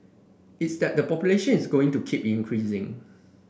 it's that the population is going to keep increasing